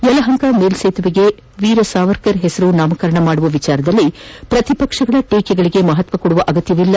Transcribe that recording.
ಯಲಹಂಕ ಮೇಲ್ವೇತುವೆಗೆ ವೀರ ಸಾವರ್ಕರ್ ಹೆಸರು ನಾಮಕರಣ ಮಾಡುವ ವಿಚಾರದಲ್ಲಿ ಪ್ರತಿಪಕ್ಷಗಳ ಟೇಕೆಗಳಿಗೆ ಮಹತ್ವ ಕೊಡುವ ಅಗತ್ಯವಿಲ್ಲ